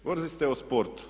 Govorili ste o sportu.